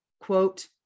quote